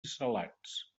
salats